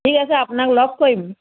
ঠিক আছে আপোনাক লগ কৰিম